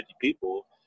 people